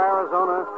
Arizona